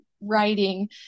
writing